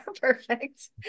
Perfect